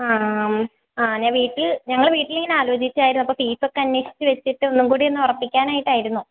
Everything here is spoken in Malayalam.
ആ ആ ഞാൻ വീട്ടിൽ ഞങ്ങൾ വീട്ടിലിങ്ങനെ ആലോചിച്ചായിരുന്നു അപ്പോൾ ഫീസൊക്കെ അന്വേഷിച്ച് വെച്ചിട്ട് ഒന്നും കൂടിയൊന്ന് ഉറപ്പിക്കാനായിട്ടായിരുന്നു